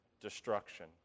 destruction